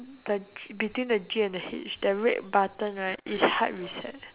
the ke~ between the G and the H the red button right is hard reset